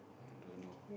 don't know